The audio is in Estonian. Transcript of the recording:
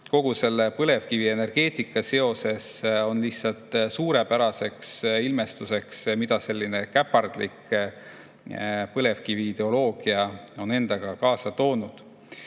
maksma põlevkivienergeetikaga seoses – see suurepäraselt ilmestab, mida selline käpardlik põlevkiviideoloogia on endaga kaasa toonud.